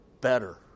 better